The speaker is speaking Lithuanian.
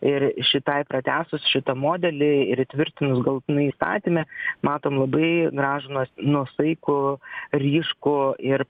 ir šitai pratęsus šitą modelį ir įtvirtinus galutinai įstatyme matom labai gražų nuos nuosaikų ryškų ir